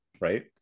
right